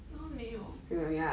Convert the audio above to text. oh 没有